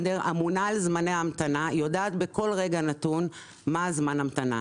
אני אמונה על זמני ההמתנה ויודעת בכל רגע נתון מה זמן ההמתנה.